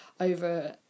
over